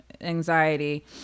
anxiety